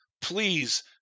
Please